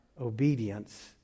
obedience